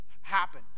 happen